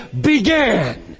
began